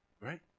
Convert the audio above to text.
right